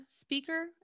speaker